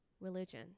religion